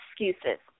excuses